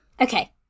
Okay